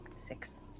Six